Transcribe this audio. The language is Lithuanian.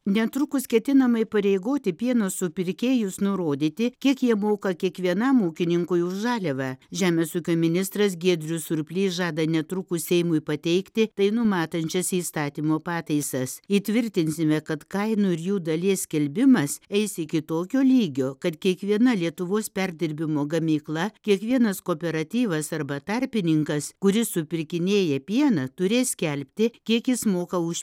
netrukus ketinama įpareigoti pieno supirkėjus nurodyti kiek jie moka kiekvienam ūkininkui už žaliavą žemės ūkio ministras giedrius surplys žada netrukus seimui pateikti tai numatančias įstatymo pataisas įtvirtinsime kad kainų ir jų dalies skelbimas eis iki tokio lygio kad kiekviena lietuvos perdirbimo gamykla kiekvienas kooperatyvas arba tarpininkas kuris supirkinėja pieną turės skelbti kiek jis moka už